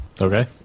Okay